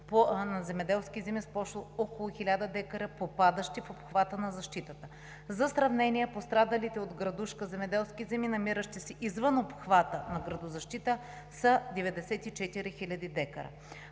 на земеделски земи с площ около 1000 декара, попадащи в обхвата на защитата. За сравнение – пострадалите от градушка земеделски земи, намиращи се извън обхвата на градозащита, са 94 хиляди декара.